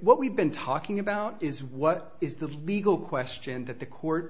what we've been talking about is what is the legal question that the court